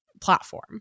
platform